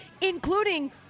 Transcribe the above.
including